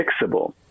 fixable